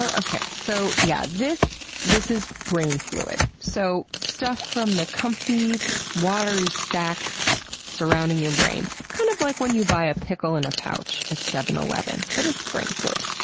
ah okay, so yeah. this this is brain fluid. so stuff from the comfy watery sack surrounding your brain. kind of like when you buy a pickle in pouch at seven eleven, but it's fluid.